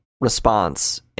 response